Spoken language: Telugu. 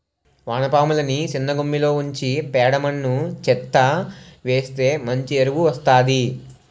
వానపాములని సిన్నగుమ్మిలో ఉంచి పేడ మన్ను చెత్తా వేస్తె మంచి ఎరువు వస్తాది